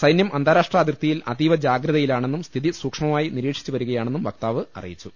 സൈന്യം അന്താരാഷ്ട്ര അതിർത്തിയിൽ അതീവ ജാഗ്രതയിലാണെന്നും സ്ഥിതി സൂക്ഷ്മമായി നിരീക്ഷിച്ചുവരികയാണെന്നും വക്താവ് അറി യിച്ചു